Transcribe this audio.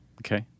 Okay